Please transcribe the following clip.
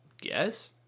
guess